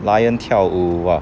lion 跳舞啊